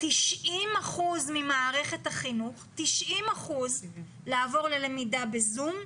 90 אחוזים ממערכת החינוך לעבור ללמידה ב-זום,